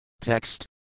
Text